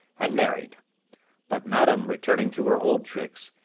and married but madam returning to her old tricks,